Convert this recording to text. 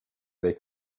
dai